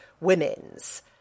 women's